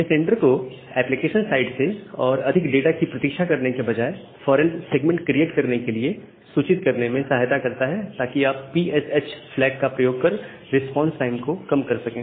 यह सेंडर को application side से और अधिक डाटा की प्रतीक्षा करने के बजाए फौरन सेगमेंट क्रिएट करने के लिए सूचित करने में सहायता करता है ताकि आप PSH फ्लैग का प्रयोग कर रिस्पांस टाइम को कम कर सकें